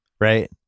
Right